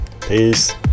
peace